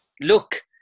Look